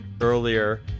earlier